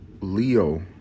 Leo